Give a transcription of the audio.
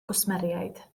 gwsmeriaid